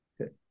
Okay